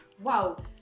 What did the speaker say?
wow